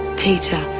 peter,